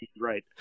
right